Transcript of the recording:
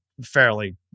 fairly